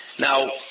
Now